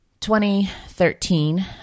2013